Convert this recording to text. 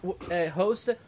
host